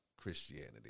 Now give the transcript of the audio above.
Christianity